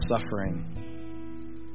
suffering